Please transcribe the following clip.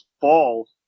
fall